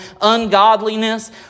ungodliness